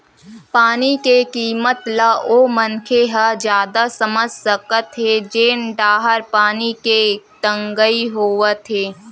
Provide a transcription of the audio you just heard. पानी के किम्मत ल ओ मनखे ह जादा समझ सकत हे जेन डाहर पानी के तगई होवथे